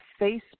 Facebook